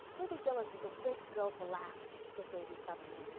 ruby gillis was a great girl to laugh, said davy suddenly.